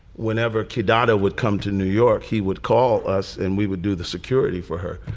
whenever keydata would come to new york, he would call us and we would do the security for her.